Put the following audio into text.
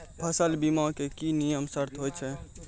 फसल बीमा के की नियम सर्त होय छै?